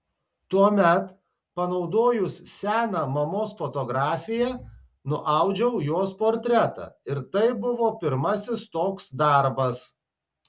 tuomet panaudojus seną mamos fotografiją nuaudžiau jos portretą ir tai buvo pirmasis toks darbas